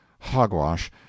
hogwash